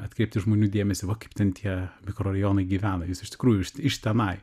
atkreipti žmonių dėmesį va kaip ten tie mikrorajonai gyvena jūs iš tikrųjų iš tenai